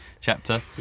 chapter